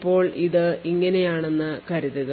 ഇപ്പോൾ ഇത് ഇങ്ങനെയാണെന്ന് കരുതുക